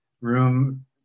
room